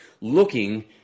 Looking